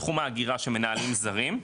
בתחום ההגירה שמנהלים זרים,